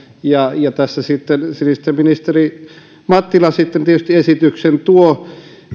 ja ja tässä sitten sinisten ministeri mattila tietysti esityksen tuo